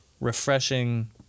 refreshing